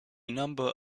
number